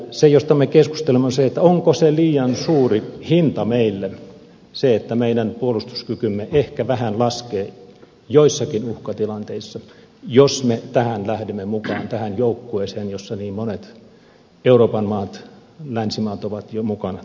se mistä me keskustelemme on että onko liian suuri hinta meille se että meidän puolustuskykymme ehkä vähän laskee joissakin uhkatilanteissa jos me tähän lähdemme mukaan tähän joukkueeseen jossa niin monet euroopan maat länsimaat ovat jo mukana